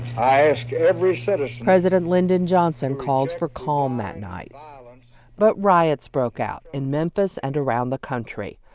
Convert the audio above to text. i ask every citizen. president lyndon johnson called for calm that night, ah and but riots broke out in memphis and around the country.